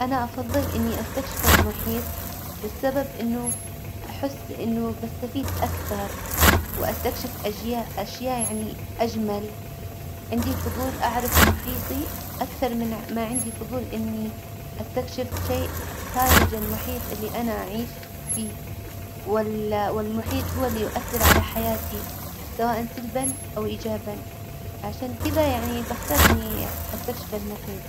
أنا أفظل إني أستكشف المحيط، والسبب إنه أحس إنه بستفيد أكثر، وأستكشف أجياء- أشياء يعني أجمل، عندي فضول أعرف محيطي أكثر من ما عندي فضول إني أستكشف شيء خارج المحيط اللي أنا أعيش فيه، وال- المحيط هو اللي يؤثر على حياتي سواء سلبا أو إيجابا، عشان كذا يعني بختار إني أستكشف المحيط.